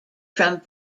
from